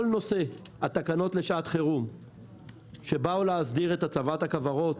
כל נושא התקנות לשעת חירום שבאו להסדיר את הצבת הכוורות